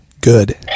Good